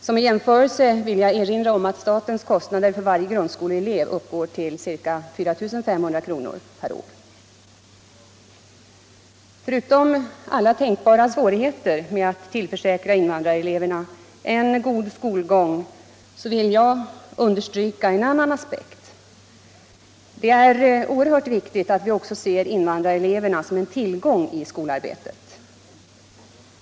Som jämförelse vill jag erinra om att statens kostnader för varje grundskoleelev uppgår till ca 4 500 kr. per år. Förutom alla tänkbara svårigheter med att tillförsäkra invandrareleverna en god skolgång vill jag understryka en annan aspekt. Det är oerhört viktigt att också se invandrareleverna som en tillgång i skolarbetet.